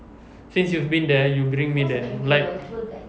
since you've been there you bring me there like